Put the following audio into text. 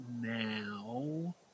now